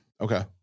Okay